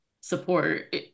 support